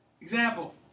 Example